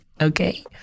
Okay